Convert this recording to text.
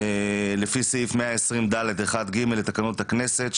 לפי סעיף 120ד'1ג' בתקנון הכנסת,